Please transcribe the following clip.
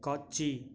காட்சி